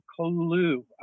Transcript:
clue